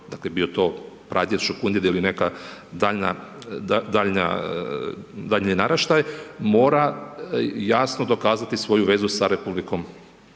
dakle bio to pradjed, šukundjed ili neka daljnji naraštaj, mora jasno dokazati svoju vezu sa RH, dakle